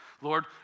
Lord